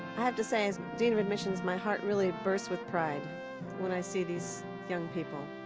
have to say, as dean of admissions, my heart really bursts with pride when i see these young people,